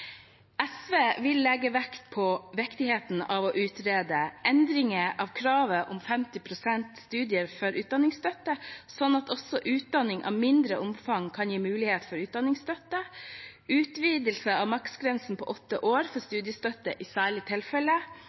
SV vil legge vekt på viktigheten av å utrede endring av kravet om 50 pst. studier for å få utdanningsstøtte, sånn at også utdanning av mindre omfang kan gi mulighet for utdanningsstøtte utvidelse av maksgrensen på åtte år for studiestøtte i